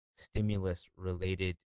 stimulus-related